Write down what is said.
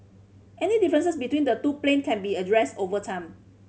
any differences between the two plan can be addressed over time